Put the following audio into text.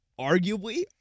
arguably